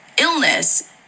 illness